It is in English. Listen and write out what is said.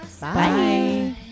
Bye